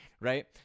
right